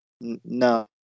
No